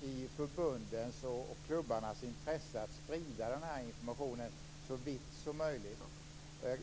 i förbundens och klubbarnas intresse att sprida informationen så vitt som möjligt.